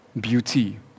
beauty